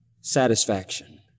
satisfaction